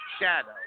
shadow